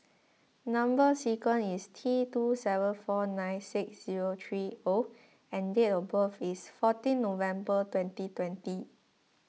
Number Sequence is T two seven four nine six zero three O and date of birth is fourteen November twenty twenty